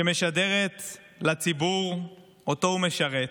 שמשדרת לציבור שהוא משרת,